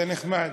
זה נחמד.